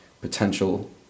potential